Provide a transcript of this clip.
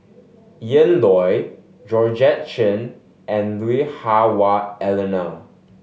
Ian Loy Georgette Chen and Lui Hah Wah Elena